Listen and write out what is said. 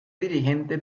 dirigente